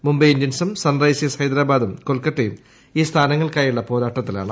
മുംബൈ ഇന്ത്യൻസും സൺറേസ്ഴ്സ് ഹൈദരാബാദും കൊൽക്കത്തയും ഈ സ്ഥാനങ്ങൾക്കായുള്ള പോരാട്ടത്തിലാണ്